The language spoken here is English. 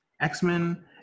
X-Men